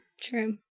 True